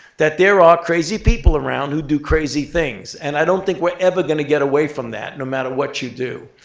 that there are crazy people around who do crazy things. and i don't think we're ever going to get away from that no matter what you do.